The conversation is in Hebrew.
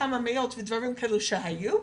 כמה מאות ודברים כאלה שהיו,